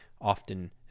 Often